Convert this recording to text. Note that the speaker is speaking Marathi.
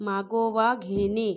मागोवा घेणे